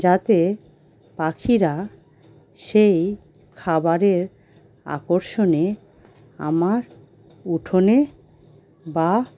যাতে পাখিরা সেই খাবারের আকর্ষণে আমার উঠোনে বা